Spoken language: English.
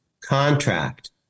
contract